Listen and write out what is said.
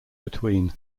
between